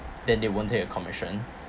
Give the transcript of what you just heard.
then they won't take your commission